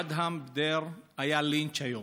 בנהג האוטובוס אדהם בדיר היה לינץ' היום.